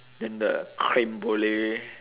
then the creme brulee